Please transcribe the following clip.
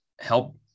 help